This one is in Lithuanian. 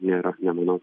nėra nemanau